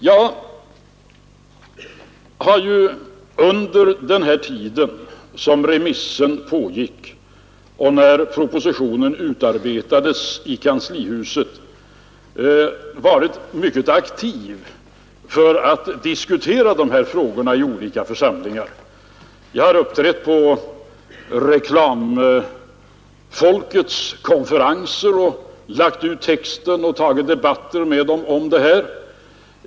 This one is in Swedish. Jag har under den tid då remissen pågick och när propositionen utarbetades i kanslihuset varit mycket aktiv för att diskutera dessa frågor i olika församlingar. Jag har uppträtt på reklamfolkets konferenser och lagt ut texten och tagit debatter med reklammän om detta.